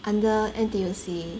under N_T_U_C